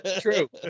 True